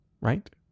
right